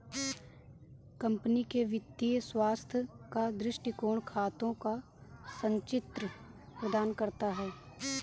company के वित्तीय स्वास्थ्य का दृष्टिकोण खातों का संचित्र प्रदान करता है